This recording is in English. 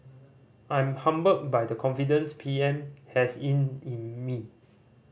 I'm humbled by the confidence P M has in in me